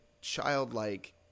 childlike